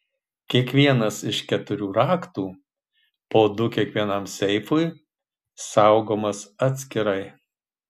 kiekvienas iš keturių raktų po du kiekvienam seifui saugomas atskirai